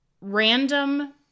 random